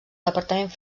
departament